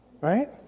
right